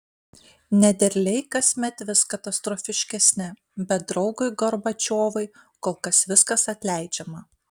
nederliai kasmet vis katastrofiškesni bet draugui gorbačiovui kol kas viskas atleidžiama